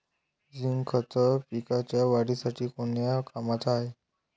Zinc खत पिकाच्या वाढीसाठी कोन्या कामाचं हाये?